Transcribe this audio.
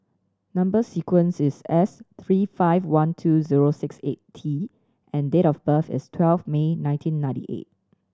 number sequence is S three five one two zero six eight T and date of birth is twelve May nineteen ninety eight